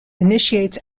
initiates